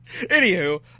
Anywho